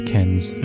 Ken's